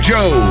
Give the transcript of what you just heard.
Joe